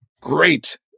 great